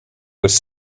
was